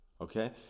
Okay